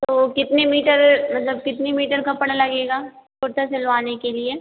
तो कितने मीटर मतलब कितने मीटर कपड़ा लगेगा कुर्ता सिलवाने के लिए